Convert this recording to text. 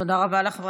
תודה רבה לך,